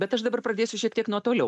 bet aš dabar pradėsiu šiek tiek nuo toliau